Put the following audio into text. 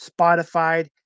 Spotify